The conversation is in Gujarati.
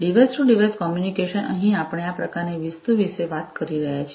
ડિવાઇસ ટુ ડિવાઇસ કોમ્યુનિકેશન અહીં આપણે આ પ્રકારની વસ્તુ વિશે વાત કરી રહ્યા છીએ